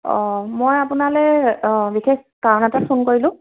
অ মই আপোনালৈ অ বিশেষ কাৰণ এটাত ফোন কৰিলোঁ